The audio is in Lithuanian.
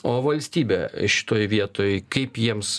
o valstybė šitoj vietoj kaip jiems